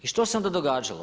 I što se onda događalo?